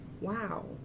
wow